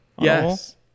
Yes